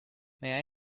may